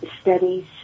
studies